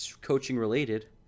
coaching-related